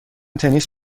تنیس